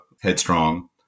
headstrong